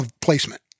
placement